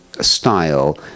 style